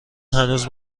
هنوز